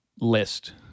list